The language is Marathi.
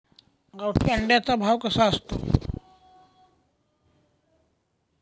गावठी अंड्याचा भाव कसा असतो?